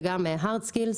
וגם הרדסקינס,